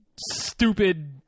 stupid